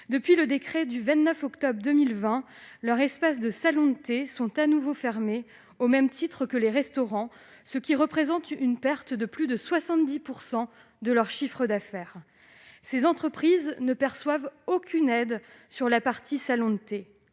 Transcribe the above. Depuis le décret du 29 octobre 2020, leurs espaces de salon de thé sont à nouveau fermés, au même titre que les restaurants, ce qui représente une perte de plus de 70 % de leur chiffre d'affaires. Or ces entreprises ne perçoivent aucune aide sur la partie salon de thé.